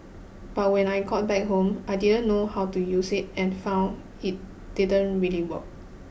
but when I got back home I didn't know how to use it and found it didn't really work